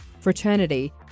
fraternity